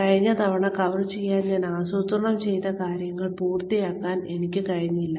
കഴിഞ്ഞ തവണ കവർ ചെയ്യാൻ ഞാൻ ആസൂത്രണം ചെയ്ത കാര്യങ്ങൾ പൂർത്തിയാക്കാൻ എനിക്ക് കഴിഞ്ഞില്ല